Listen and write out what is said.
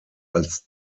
als